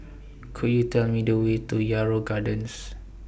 Could YOU Tell Me The Way to Yarrow Gardens